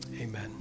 amen